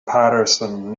paterson